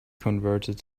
converted